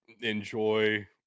enjoy